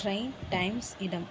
train times இடம்